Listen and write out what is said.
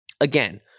Again